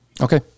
Okay